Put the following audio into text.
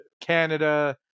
Canada